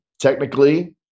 technically